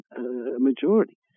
majority